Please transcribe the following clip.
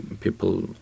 people